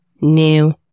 new